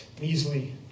measly